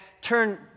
turn